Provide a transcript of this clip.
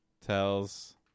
tells